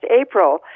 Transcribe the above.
April